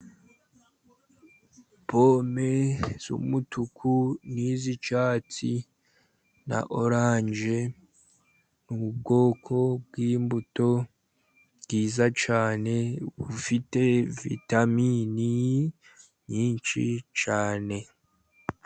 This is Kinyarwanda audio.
Pome z'umutuku n'iz'icyatsi na oranje, ubwoko bw'imbuto bwiza cyane, bufite vitamini nyinshi cyane.